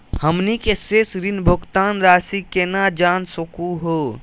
हमनी के शेष ऋण भुगतान रासी केना जान सकू हो?